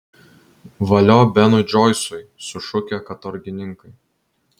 valio benui džoisui sušukę katorgininkai